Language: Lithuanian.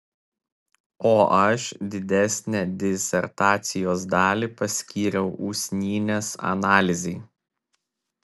o aš didesnę disertacijos dalį paskyriau usnynės analizei